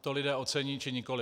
to lidé ocení, či nikoliv.